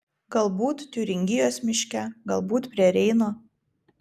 galbūt tiuringijos miške galbūt prie reino